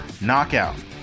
Knockout